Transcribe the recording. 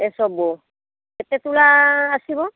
ଏ ସବୁ କେତେ ତୋଳା ଆସିବ